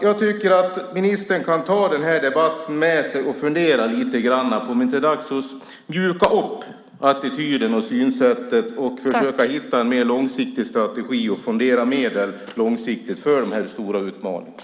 Jag tycker att ministern kan ta debatten med sig och fundera lite grann på om det inte är dags att mjuka upp attityden och synsättet och försöka hitta en mer långsiktig strategi för att fondera medel för de här stora utmaningarna.